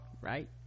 right